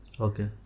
okay